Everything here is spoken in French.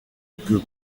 que